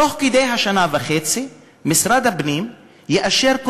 ותוך כדי שנה וחצי משרד הפנים יאשר את